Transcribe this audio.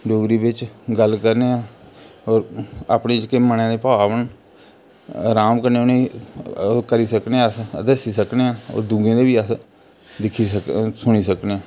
डोगरी बिच गल्ल करने आं और अपने जेह्के मनै दे भाव न राम कन्नै उ'नें गी ओह् करी सकने आं अस दस्सी सकने आं और दूएं दे बी अस दिक्खी सकने सुनी सकने आं